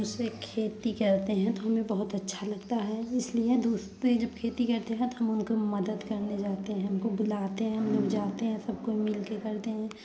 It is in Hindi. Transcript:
दूसरे खेती करते हैं तो हमें बहुत अच्छा लगता है इसलिए दूसरे जब खेती करते हैं तो हम उनकी मदद करने जाते हैं हमको बुलाते हैं हम लोग जाते हैं सब कोई मिल के करते हैं